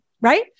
right